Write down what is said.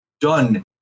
done